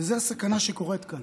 וזו הסכנה שקורית כאן: